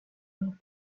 leur